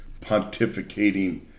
pontificating